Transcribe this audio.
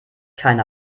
keine